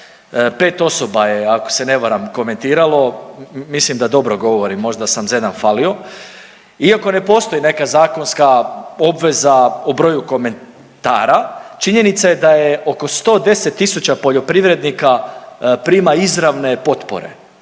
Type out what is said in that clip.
5 osoba je, ako se ne varam, komentiralo, mislim da dobro govorim, možda sam za jedna falio, iako ne postoji neka zakonska obveza o broju komentara činjenica je da je oko 110 tisuća poljoprivrednika prima izravne potpore,